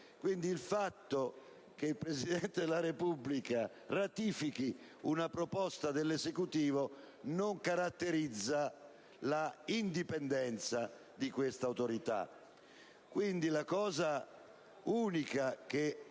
Quindi il fatto che il Presidente della Repubblica ratifichi una proposta dell'Esecutivo non caratterizza l'indipendenza di questa autorità.